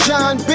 John